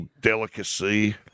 delicacy